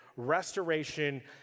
Restoration